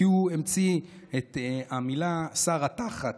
כי הוא המציא את המילה שר התח"ת.